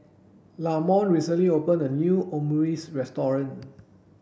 Lamonte recently opened a new Omurice restaurant